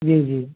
जी जी